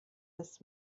das